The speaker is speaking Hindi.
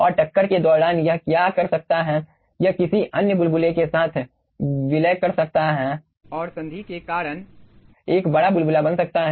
और टक्कर के दौरान यह क्या कर सकता है यह किसी अन्य बुलबुले के साथ विलय कर सकता है और संधि करण के कारण एक बड़ा बुलबुला बना सकता है